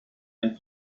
and